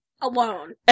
Alone